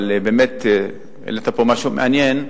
אבל באמת העלית פה משהו מעניין.